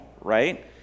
right